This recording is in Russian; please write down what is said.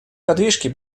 подвижки